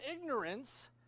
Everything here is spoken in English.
ignorance